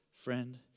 Friend